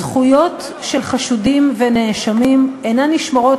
זכויות של חשודים ונאשמים אינן נשמרות